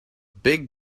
big